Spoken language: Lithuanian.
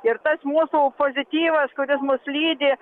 ir tas mūsų pozityvas kuris mus lydi